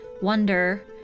wonder